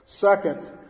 Second